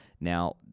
Now